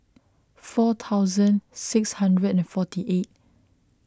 four thousand six hundred and forty eight